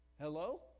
Hello